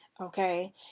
Okay